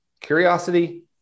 curiosity